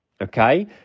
Okay